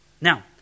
Now